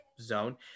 zone